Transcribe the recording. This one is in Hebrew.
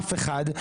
אף אחד,